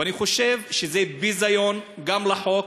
ואני חושב שזה ביזיון גם לחוק,